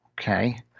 Okay